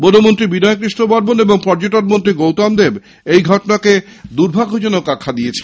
বনমন্ত্রী বিনয়কৃষ্ণ বর্মন এবং পর্যটন মন্ত্রী গৌতম দেব এই ঘটনাকে দূর্ভাগ্যজনক বলেছেন